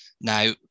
Now